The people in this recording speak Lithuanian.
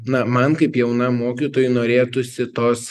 na man kaip jaunam mokytojui norėtųsi tos